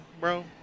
bro